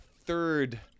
third